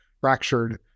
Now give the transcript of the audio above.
fractured